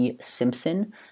Simpson